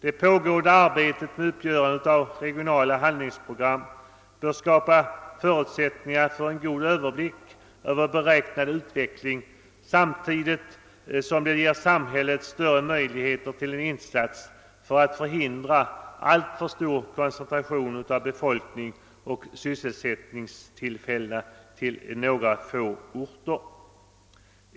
Det pågående arbetet med uppgörande av regionala handlingsprogram bör skapa förutsättningar för en god överblick över beräknad utveckling, samtidigt som det ger samhället större möjligheter till en insats för att hindra alltför stor koncentration av be folkning och sysselsättningstillfällen till några få orter.